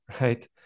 right